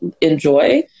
enjoy